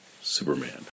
Superman